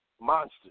monsters